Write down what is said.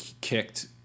kicked